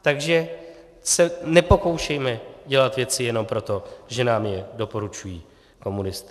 Takže se nepokoušejme dělat věci jenom proto, že nám je doporučují komunisté.